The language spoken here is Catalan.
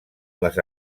les